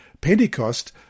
Pentecost